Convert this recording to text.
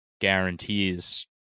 guarantees